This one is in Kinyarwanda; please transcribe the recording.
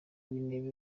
w’intebe